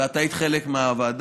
ואת היית חלק מהוועדה.